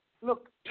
Look